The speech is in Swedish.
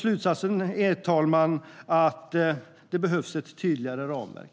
Slutsatsen är att det behövs ett tydligare ramverk.